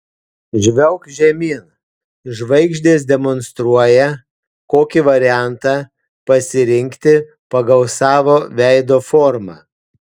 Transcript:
žvelk žemyn žvaigždės demonstruoja kokį variantą pasirinkti pagal savo veido formą